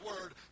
Word